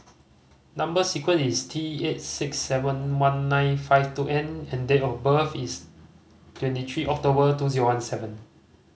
number sequence is T eight six seven one nine five two N and date of birth is twenty three October two zero one seven